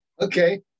Okay